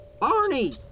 Barney